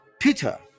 peter